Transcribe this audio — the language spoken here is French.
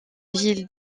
ville